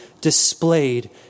displayed